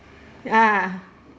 ah